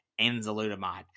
enzalutamide